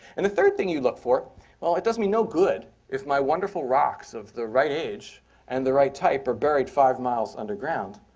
and the third thing you look for well, it does me no good if my wonderful rocks of the right age and the right type are buried five miles underground.